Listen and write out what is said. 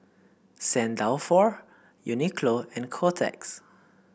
St Dalfour Uniqlo and Kotex